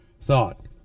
thought